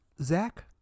zach